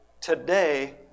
Today